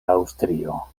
aŭstrio